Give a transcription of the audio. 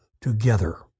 together